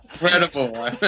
incredible